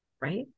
Right